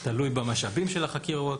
תלוי במשאבים של החקירות.